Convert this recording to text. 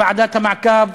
ועדת המעקב,